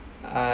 are